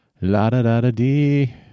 La-da-da-da-dee